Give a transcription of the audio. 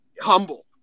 humble